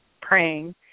praying